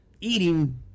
eating